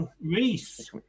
Reese